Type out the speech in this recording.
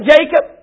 Jacob